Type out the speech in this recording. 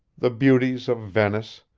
the beauties of venice,